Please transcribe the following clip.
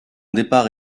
départ